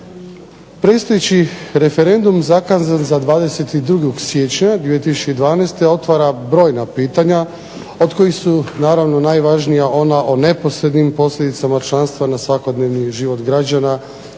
Predstojeći referendum zakazan za 22. siječnja 2012. otvara brojna pitanja od kojih su naravno najvažnija ona o neposrednim posljedicama članstva na svakodnevni život Hrvatskih